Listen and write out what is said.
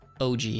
OG